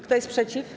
Kto jest przeciw?